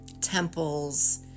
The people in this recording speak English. temples